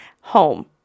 home